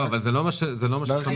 זה לא מה ששלומית שואלת.